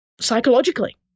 psychologically